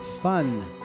Fun